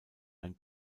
ein